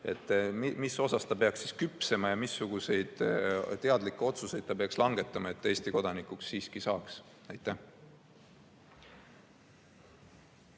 mis osas ta peaks küpsema ja missuguseid teadlikke otsuseid ta peaks langetama, et Eesti kodanikuks siiski saada? Valdo